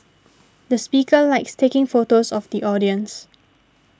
the speaker likes taking photos of the audience